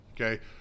okay